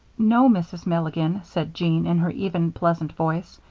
no, mrs. milligan, said jean, in her even, pleasant voice.